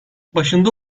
başında